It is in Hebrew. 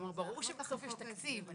ברור שבסוף יש תקציב.